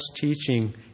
teaching